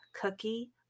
Cookie